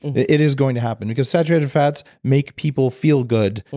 it is going to happen, because saturated fats make people feel good,